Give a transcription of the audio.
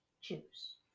choose